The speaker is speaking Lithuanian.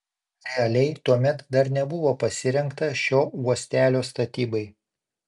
realiai tuomet dar nebuvo pasirengta šio uostelio statybai